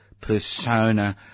persona